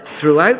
throughout